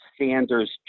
Sanders